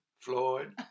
Floyd